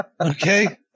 Okay